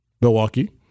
Milwaukee